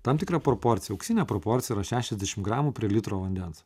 tam tikra proporcija auksinė proporcija yra šešiasdešimt gramų prie litro vandens